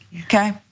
okay